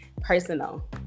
personal